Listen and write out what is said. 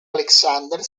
alexander